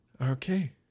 Okay